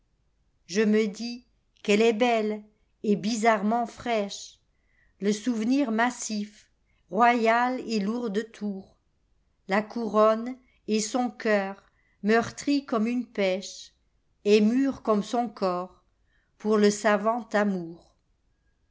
je me dis qu'elle est belle et bizarrement fraîche le souvenir massif royale et lourde tour la couronne et son cœur meurtri comme une pêche est mûr comme son corps pour le savant amour